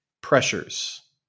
pressures